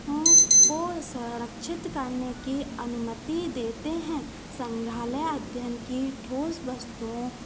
आँख खोल कर संरक्षित करने की अनुमति देते हैं संग्रहालय अध्ययन की ठोस वस्तुओं